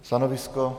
Stanovisko?